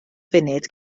funud